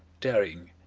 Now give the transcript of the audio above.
daring,